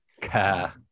care